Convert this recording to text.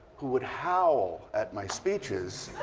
who would howl at my speeches.